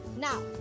Now